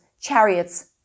chariots